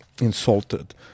Insulted